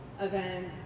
event